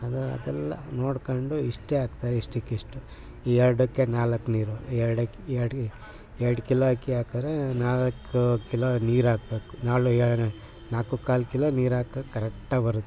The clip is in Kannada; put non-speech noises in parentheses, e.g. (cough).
ಅದು ಅದೆಲ್ಲ ನೋಡ್ಕೊಂಡು ಇಷ್ಟೇ ಹಾಕ್ತಾರೆ ಇಷ್ಟಕ್ಕೆ ಇಷ್ಟು ಎರಡಕ್ಕೆ ನಾಲ್ಕು ನೀರು ಎರಡಕ್ಕೆ ಎರಡು ಎರಡು ಕಿಲೋ ಅಕ್ಕಿ ಹಾಕರೇ ನಾಲ್ಕು ಕಿಲೋ ನೀರು ಹಾಕ್ಬೇಕು ನಾಳು (unintelligible) ನಾಲ್ಕು ಕಾಲು ಕಿಲೋ ನೀರು ಹಾಕರ್ ಕರೆಕ್ಟಾಗಿ ಬರುತ್ತೆ